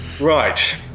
Right